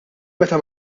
meta